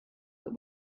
but